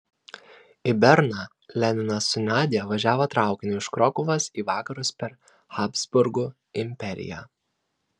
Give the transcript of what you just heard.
į berną leninas su nadia važiavo traukiniu iš krokuvos į vakarus per habsburgų imperiją